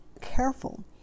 careful